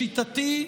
לשיטתי,